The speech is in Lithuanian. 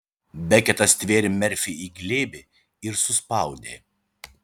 beketas stvėrė merfį į glėbį ir suspaudė